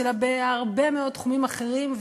אלא בהרבה מאוד תחומים אחרים,